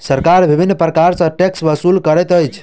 सरकार विभिन्न प्रकार सॅ टैक्स ओसूल करैत अछि